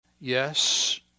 Yes